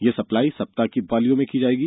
यह सप्लाई सप्ताह की पालियों में दी जाएगी